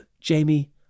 Jamie